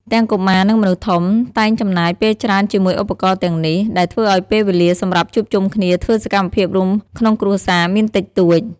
ទាំងកុមារ និងមនុស្សធំ តែងចំណាយពេលច្រើនជាមួយឧបករណ៍ទាំងនេះ ដែលធ្វើឱ្យពេលវេលាសម្រាប់ជួបជុំគ្នាធ្វើសកម្មភាពរួមក្នុងគ្រួសារមានតិចតួច ។